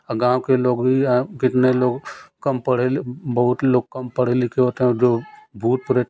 और गाँव के लोग भी कितने लोग कम पढ़े बहुत लोग कम पढ़े लिखे होते हैं जो भूत प्रेत